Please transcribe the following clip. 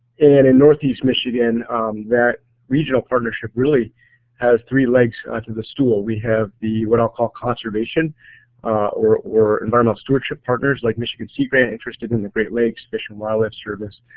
and in northeast michigan that regional partnership really has three legs to the stool we have the what i'll call conservation or or environmental stewardship partners like michigan sea grant, interested in the great lakes, fish and wildlife service,